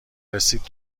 رسید